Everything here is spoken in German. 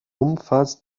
umfasst